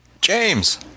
James